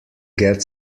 get